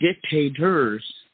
dictators